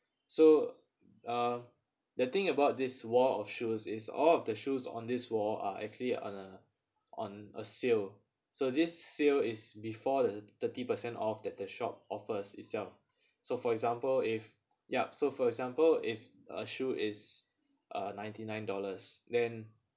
so uh the thing about this wall of shoes is all of the shoes on this wall are actually on a on a sale so this sale is before the thirty percent of that the shop offers itself so for example if yup so for example if a shoe is uh ninety nine dollars then